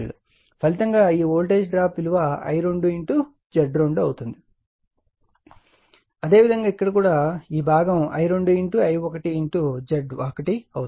ఫలితంగా ఈ voltage drop విలువ I2 Z2 అవుతుంది అదేవిధంగా ఇక్కడ కూడా ఈ భాగం I2 I1 Z1 అవుతుంది